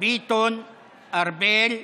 ביטון, ארבל.